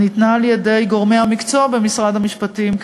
שניתנה על-ידי גורמי המקצוע במשרד המשפטים,